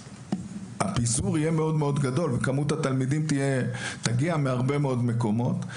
הפיזור יהיה מאוד גדול וכמות התלמידים תגיע מהרבה מאוד מקומות.